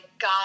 God